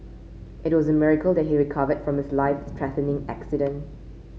it was a miracle that he recovered from his life threatening accident